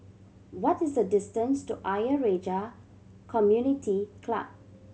what is the distance to Ayer Rajah Community Club